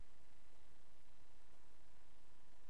אבל